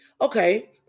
Okay